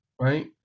right